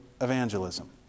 evangelism